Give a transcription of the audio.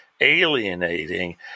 alienating